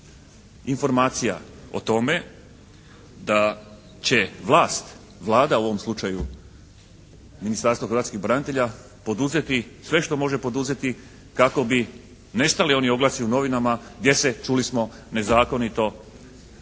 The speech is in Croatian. informacija o tome da će vlast, Vlada u ovom slučaju, Ministarstvo hrvatskih branitelja poduzeti sve što može poduzeti kako bi nestali oni oglasi u novinama gdje se čuli smo, nezakonito